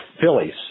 phillies